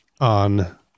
on